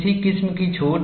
किसी किस्म की छूट